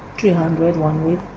three hundred one way,